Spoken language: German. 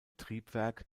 triebwerk